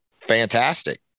fantastic